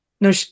No